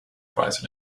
prize